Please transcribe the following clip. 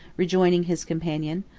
rejoining his companion.